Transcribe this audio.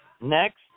Next